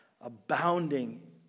abounding